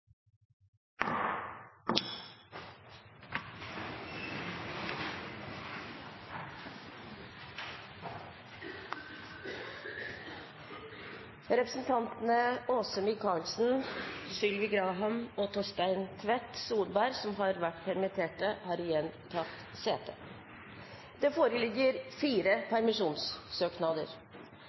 Representantene Åse Michaelsen, Sylvi Graham og Torstein Tvedt Solberg, som har vært permittert, har igjen tatt sete. Det foreligger fire permisjonssøknader: